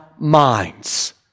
minds